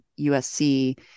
USC